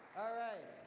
alright.